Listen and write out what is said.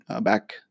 back